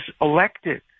elected